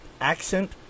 accent